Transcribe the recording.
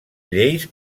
lleis